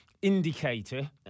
indicator